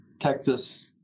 Texas